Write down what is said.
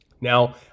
Now